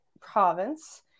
province